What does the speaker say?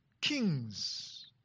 kings